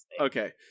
Okay